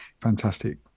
fantastic